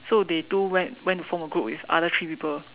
so they two went went to form a group with other three people